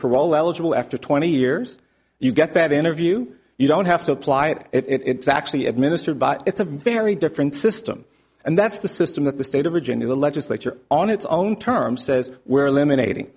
parole eligible after twenty years you get that interview you don't have to apply it it's actually administered but it's a very different system and that's the system that the state of virginia the legislature on its own terms says where elimina